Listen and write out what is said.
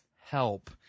help